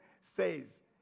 says